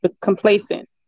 complacent